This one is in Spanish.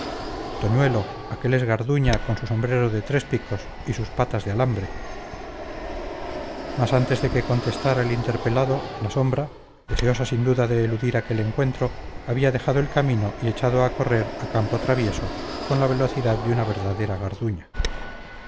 acto toñuelo aquél es garduña con su sombrero de tres picos y sus patas de alambre mas antes de que contestara el interpelado la sombra deseosa sin duda de eludir aquel encuentro había dejado el camino y echado a correr a campo traviesa con la velocidad de una verdadera garduña